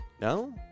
No